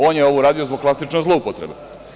On je ovo uradio zbog klasične zloupotrebe.